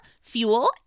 fuel